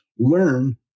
learn